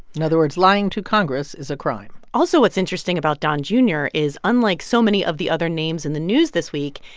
in other words, lying to congress is a crime also, what's interesting about don jr. is unlike so many of the other names in the news this week,